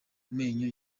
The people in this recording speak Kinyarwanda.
menyo